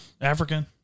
African